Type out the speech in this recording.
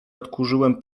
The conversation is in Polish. odkurzyłem